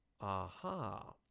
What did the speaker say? Aha